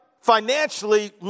financially